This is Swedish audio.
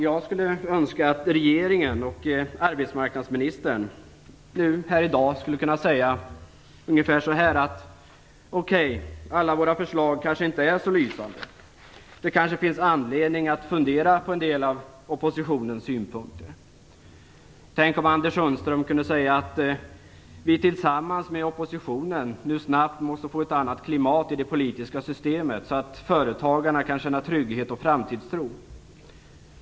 Jag skulle önska att regeringen och arbetsmarknadsministern här i dag skulle kunna säga något i stil med att alla deras förslag kanske inte är så lysande och att det kanske finns anledning att fundera över en del av oppositionens synpunkter. Tänk om Anders Sundström kunde säga att vi tillsammans med oppositionen nu snabbt måste få ett annat klimat i det politiska systemet så att företagarna kan känna trygghet och framtidstro.